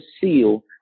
seal